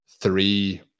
three